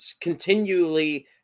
continually